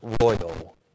royal